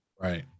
Right